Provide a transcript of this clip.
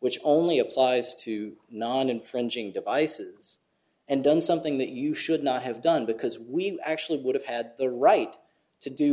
which only applies to non infringing devices and done something that you should not have done because we actually would have had the right to do